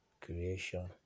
creation